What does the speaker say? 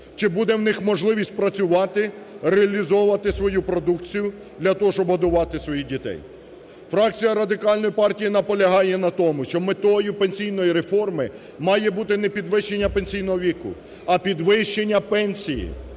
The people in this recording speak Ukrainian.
чи буде в них можливість працювати, реалізовувати свою продукцію для того, щоб годувати своїх дітей. Фракція Радикальної партії наполягає на тому, що метою пенсійної реформи має бути не підвищення пенсійного віку, а підвищення пенсії,